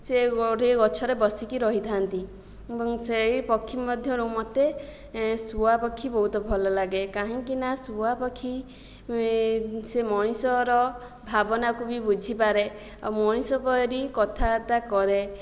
ସେ ଗୋଟିଏ ଗଛରେ ବସିକି ରହିଥାନ୍ତି ଏବଂ ସେହି ପକ୍ଷୀମଧ୍ୟରୁ ମୋତେ ଶୁଆପକ୍ଷୀ ବହୁତ ଭଲଲାଗେ କାହିଁକିନା ଶୁଆପକ୍ଷୀ ସେ ମଣିଷର ଭାବନାକୁ ବି ବୁଝିପାରେ ଆଉ ମଣିଷ ପରି କଥାବାର୍ତ୍ତା କରେ